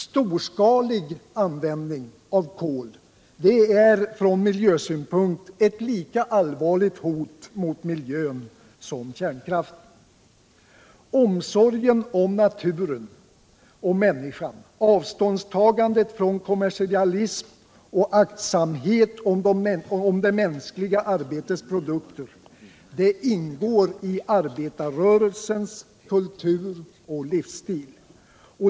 Storskalig användning av kol är från miljösynpunkt ett lika allvarligt hot mot miljön som kärnkraften. Omsorgen om naturen och människan, avståndstagandet från kommersialism samt aktsamhet om det mänskliga arbetets produkter ingår i arbetarrörelsens kultur och livsstil.